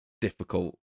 difficult